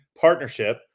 partnership